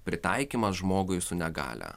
pritaikymas žmogui su negalia